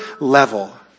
level